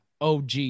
OG